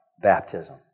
baptism